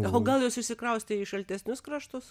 o gal jos išsikraustė į šaltesnius kraštus